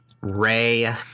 Ray